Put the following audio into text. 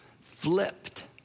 flipped